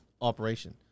operation